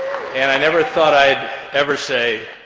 and i never thought i'd ever say,